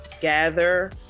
gather